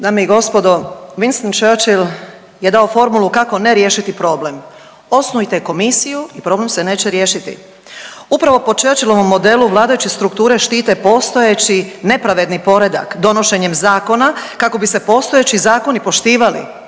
Dame i gospodo, Winston Churchill je dao formulu kako ne riješiti problem, osnujte komisiju i problem se neće riješiti. Upravo po Churchillovom modelu vladajući strukture štite postojeći nepravedni poredak donošenjem zakona kako bi se postojeći zakoni poštivali.